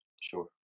Sure